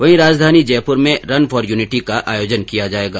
वहीं राजधानी जयपुर में रन फॉर यूनिटी का आयोजन किया जाएगा